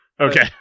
Okay